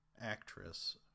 actress